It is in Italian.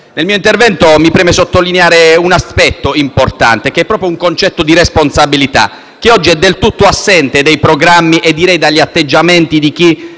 Nel mio intervento mi preme sottolineare un aspetto importante, un concetto di responsabilità che oggi è del tutto assente dai programmi e direi dagli atteggiamenti di chi